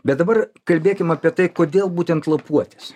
bet dabar kalbėkim apie tai kodėl būtent lapuotis